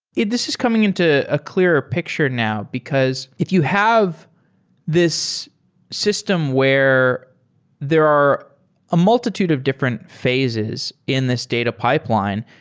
this is coming into a clearer picture now, because if you have this system where there are a multitude of different phases in this data pipeline,